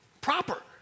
proper